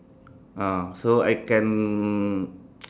ah so I can